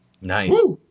Nice